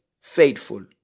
faithful